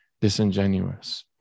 disingenuous